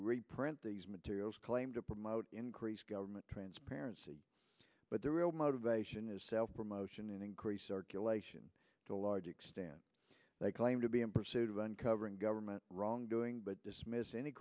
reprint these materials claim to promote increased government transparency but the real motivation is self promotion and increase or kill ation to a large extent they claim to be in pursuit of uncovering government wrongdoing but dismiss any